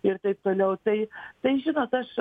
ir taip toliau tai tai žinot aš